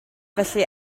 felly